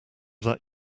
that